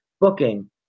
booking